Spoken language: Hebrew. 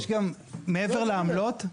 יש גם מעבר לעמלות.